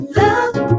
love